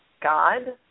God